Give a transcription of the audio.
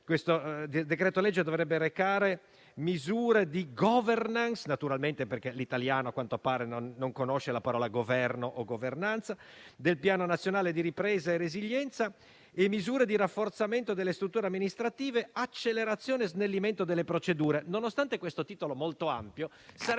Questo decreto-legge dovrebbe recare misure di *governance* (naturalmente, perché in italiano, a quanto pare, non esiste la parola governo o governanza) del Piano nazionale di ripresa e resilienza e prime misure di rafforzamento delle strutture amministrative e di accelerazione e snellimento delle procedure. Ebbene, nonostante questo titolo molto ampio, sarebbe